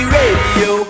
radio